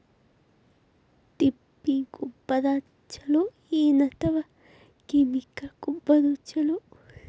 ತಿಪ್ಪಿ ಗೊಬ್ಬರ ಛಲೋ ಏನ್ ಅಥವಾ ಕೆಮಿಕಲ್ ಗೊಬ್ಬರ ಛಲೋ?